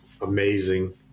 amazing